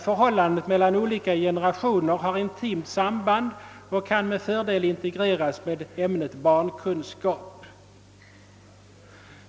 Förhållandet mellan olika generationer har intimt samband och kan med fördel integreras med ämnet barnkunskap.